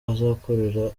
azakorera